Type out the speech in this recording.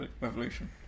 Revolution